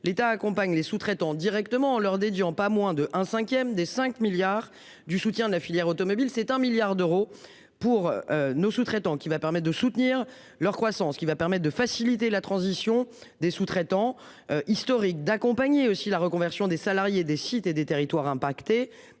l'État accompagne les sous-traitants directement en leur dédiant pas moins de un 5ème des 5 milliards du soutien de la filière automobile, c'est un milliard d'euros pour nos sous-traitants qui va permet de soutenir leur croissance qui va permettre de faciliter la transition des sous-traitants historique d'accompagner aussi la reconversion des salariés des sites et des territoires impactés